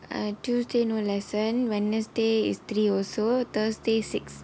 uh tuesday no lesson wednesday is three also thursday six